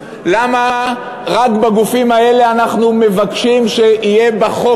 למה רק בגופים האלה אנחנו מבקשים שיהיה בחוק